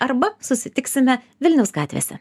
arba susitiksime vilniaus gatvėse